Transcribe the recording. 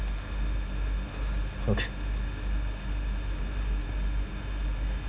okay